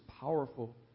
powerful